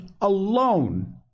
alone